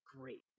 great